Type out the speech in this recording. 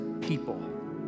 people